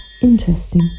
Interesting